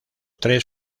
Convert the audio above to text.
tres